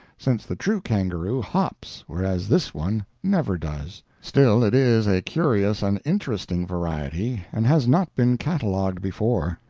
since the true kangaroo hops, whereas this one never does. still it is a curious and interesting variety, and has not been catalogued before.